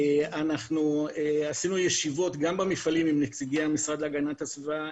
קיימנו ישיבות גם במפעלים עם נציגי המשרד להגנת הסביבה,